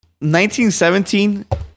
1917